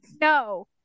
No